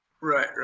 right